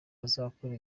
azakora